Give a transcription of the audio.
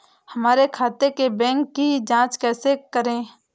हमारे खाते के बैंक की जाँच कैसे करें?